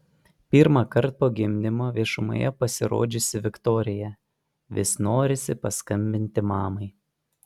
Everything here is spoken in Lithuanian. pirmąkart po gimdymo viešumoje pasirodžiusi viktorija vis norisi paskambinti mamai